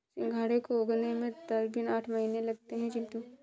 सिंघाड़े को उगने में तकरीबन आठ महीने लगते हैं चिंटू